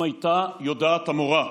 אם הייתה יודעת המורה,